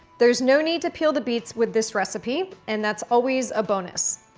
there's no need to peel the beets with this recipe, and that's always a bonus.